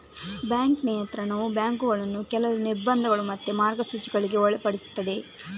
bank ನಿಯಂತ್ರಣವು ಬ್ಯಾಂಕುಗಳನ್ನ ಕೆಲವು ನಿರ್ಬಂಧಗಳು ಮತ್ತು ಮಾರ್ಗಸೂಚಿಗಳಿಗೆ ಒಳಪಡಿಸ್ತದೆ